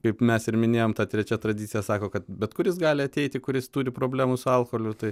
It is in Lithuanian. kaip mes ir minėjom ta trečia tradicija sako kad bet kuris gali ateiti kuris turi problemų su alkoholiu tai